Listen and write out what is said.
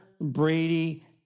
Brady